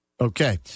Okay